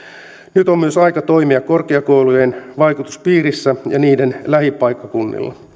nyt on myös aika toimia korkeakoulujen vaikutuspiirissä ja niiden lähipaikkakunnilla